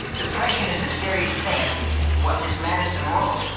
depression is a serious thing and what miss madison wrote,